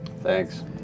Thanks